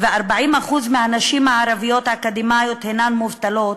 ו-40% מהנשים הערביות האקדמאיות הן מובטלות,